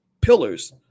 pillars